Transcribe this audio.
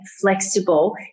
flexible